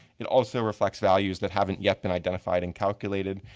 it also reflects values that haven't yet been identified and calculated,